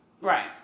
Right